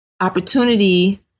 opportunity